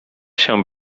się